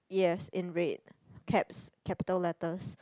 yes in red caps capital letters